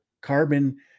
carbon